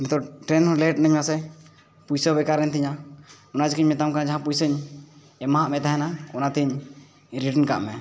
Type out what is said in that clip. ᱱᱤᱛᱚᱜ ᱴᱨᱮᱱ ᱦᱚᱸ ᱞᱮᱴ ᱮᱱᱟᱹᱧ ᱢᱟᱥᱮ ᱯᱩᱭᱥᱟᱹ ᱵᱮᱠᱟᱨᱮᱱ ᱛᱤᱧᱟᱹ ᱚᱱᱟ ᱪᱤᱠᱟᱹᱧ ᱢᱮᱛᱟᱢ ᱠᱟᱱᱟ ᱡᱟᱦᱟᱸ ᱯᱩᱭᱥᱟᱹᱧ ᱮᱢᱟᱜ ᱢᱮ ᱛᱟᱦᱮᱱᱟ ᱚᱱᱟ ᱛᱤᱧ ᱨᱤᱴᱟᱨᱱ ᱠᱟᱜ ᱢᱮ